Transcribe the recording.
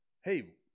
hey